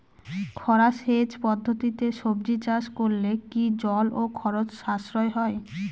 খরা সেচ পদ্ধতিতে সবজি চাষ করলে কি জল ও খরচ সাশ্রয় হয়?